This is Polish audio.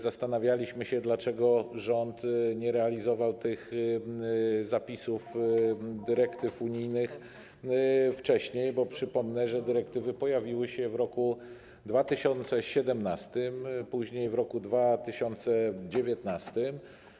Zastanawialiśmy się, dlaczego rząd nie realizował tych zapisów dyrektyw unijnych wcześniej, bo przypomnę, że dyrektywy pojawiły się w roku 2017, później w roku 2019.